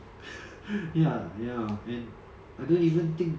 ya ya and I don't even think